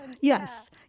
Yes